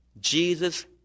Jesus